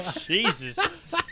Jesus